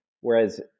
Whereas